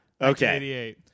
Okay